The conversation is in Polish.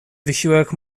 wysiłek